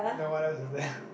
then what else is there